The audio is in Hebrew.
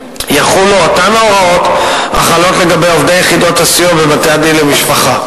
יחולו אותן הוראות החלות לגבי עובדי יחידות הסיוע בבתי-הדין למשפחה.